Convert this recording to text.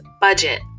budget